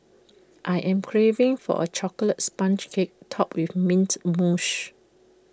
I am craving for A Chocolate Sponge Cake Topped with mint Moshe